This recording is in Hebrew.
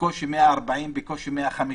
בקושי 140, בקושי 150,